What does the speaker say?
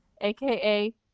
AKA